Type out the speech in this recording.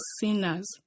sinners